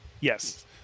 Yes